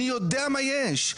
אני יודע מה יש.